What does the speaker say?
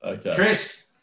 Chris